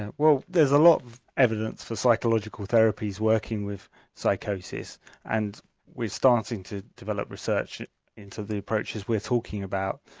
ah well there's a lot of evidence for psychological therapies working with psychosis and we're starting to develop research into the approaches we're talking about.